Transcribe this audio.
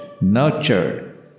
nurtured